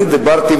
אני דיברתי,